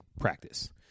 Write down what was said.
practice